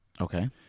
Okay